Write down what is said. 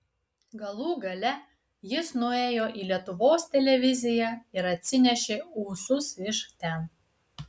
galų gale jis nuėjo į lietuvos televiziją ir atsinešė ūsus iš ten